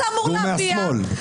תגידו לי, מה זה אמור להביע?